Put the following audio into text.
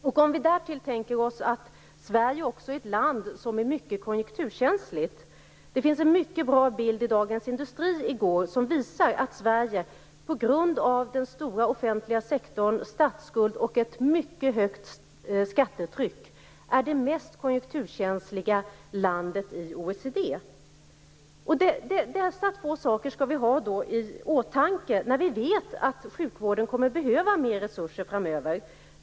Därtill får vi tänka oss att Sverige också är ett land som är mycket konjunkturkänsligt. Det fanns en mycket bra bild i Dagens Industri i går som visar att Sverige på grund av den stora offentliga sektorn, statsskuld och ett mycket högt skattetryck är det mest konjunkturkänsliga landet i OECD. Dessa två saker skall vi ha i åtanke, eftersom vi vet att sjukvården kommer att behöva mer resurser framöver.